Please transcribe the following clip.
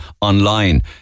online